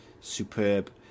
superb